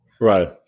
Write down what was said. right